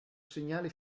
segnale